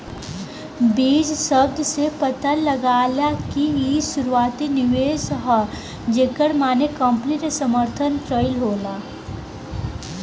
बीज शब्द से पता लागेला कि इ शुरुआती निवेश ह जेकर माने कंपनी के समर्थन कईल होला